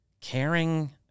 caring